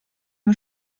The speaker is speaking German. wir